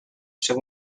seu